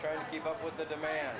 hard to keep up with the demand